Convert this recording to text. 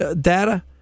data